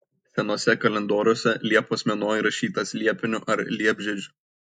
senuose kalendoriuose liepos mėnuo įrašytas liepiniu ar liepžiedžiu